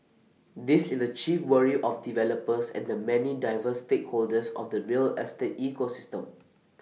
this is the chief worry of developers and the many diverse stakeholders of the real estate ecosystem